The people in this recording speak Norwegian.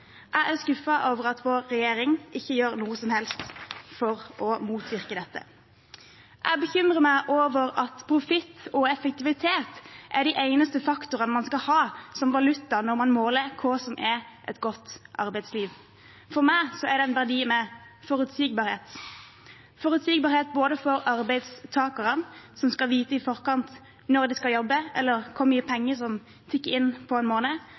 Jeg er skuffet over at vår regjering ikke gjør noe som helst for å motvirke dette. Jeg bekymrer meg over at profitt og effektivitet er de eneste faktorene man skal ha som valuta når man måler hva som er et godt arbeidsliv. For meg er forutsigbarhet en verdi, forutsigbarhet både for arbeidstakerne, som skal vite i forkant når de skal jobbe, eller hvor mye penger som tikker inn på en måned,